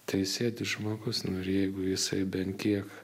tai sėdi žmogus nu ir jeigu jisai bent kiek